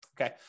okay